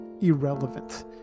irrelevant